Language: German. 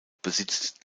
besitzt